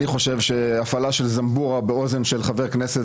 אני חושב שהפעלה של זמבורה באוזן של חבר כנסת